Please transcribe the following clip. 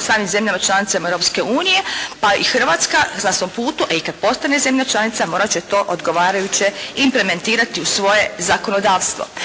samim zemljama članicama Europske unije pa i Hrvatska na svom putu, a i kad postane zemlja članica morat će to odgovarajuće implementirati u svoje zakonodavstvo.